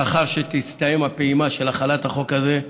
לאחר שתסתיים הפעימה של החלת החוק הזה,